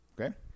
Okay